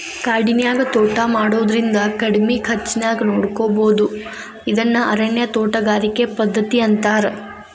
ಕಾಡಿನ್ಯಾಗ ತೋಟಾ ಮಾಡೋದ್ರಿಂದ ಕಡಿಮಿ ಖರ್ಚಾನ್ಯಾಗ ನೋಡ್ಕೋಬೋದು ಇದನ್ನ ಅರಣ್ಯ ತೋಟಗಾರಿಕೆ ಪದ್ಧತಿ ಅಂತಾರ